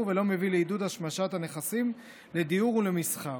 ולא מביא לעידוד השמשת הנכסים לדיור ולמסחר.